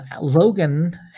Logan